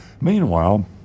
meanwhile